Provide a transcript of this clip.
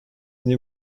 new